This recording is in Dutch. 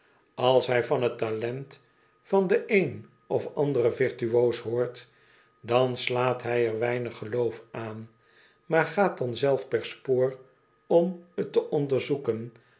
als hij van t talent van den een of anderen virtuoos hoort dan slaat hij er weinig geloof aan maar gaat clan zelf per spoor om t te onderzoeken